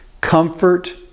comfort